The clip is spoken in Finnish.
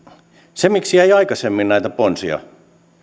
se miksi ei aikaisemmin ollut näitä ponsia